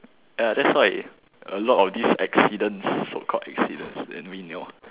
ya that's why a lot of this accidents so called accidents